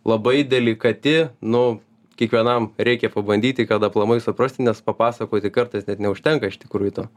labai delikati nu kiekvienam reikia pabandyti kad aplamai suprasti nes papasakoti kartais net neužtenka iš tikrųjų to